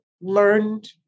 learned